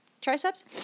triceps